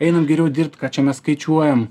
einam geriau dirbt ką čia mes skaičiuojam